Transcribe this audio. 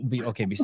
okay